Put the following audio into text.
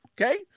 Okay